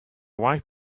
wife